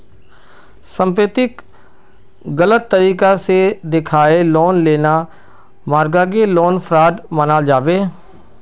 संपत्तिक गलत तरीके से दखाएँ लोन लेना मर्गागे लोन फ्रॉड मनाल जाबे